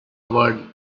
word